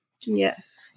Yes